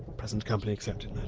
present company excepted,